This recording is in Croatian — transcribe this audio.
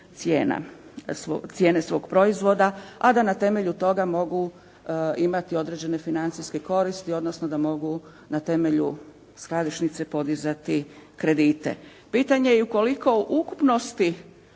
cijene svog proizvoda a da na temelju toga mogu imati određene financijske koristi odnosno da mogu na temelju skladišnice podizati kredite. Pitanje je i u koliko ukupnosti